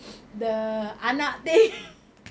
then the anak thing